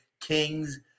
Kings